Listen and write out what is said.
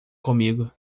comigo